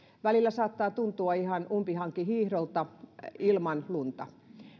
välillä saattaa tuntua ihan umpihankihiihdolta ilman lunta